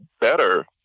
better